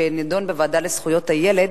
שנדון בוועדה לזכויות הילד,